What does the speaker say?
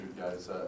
guys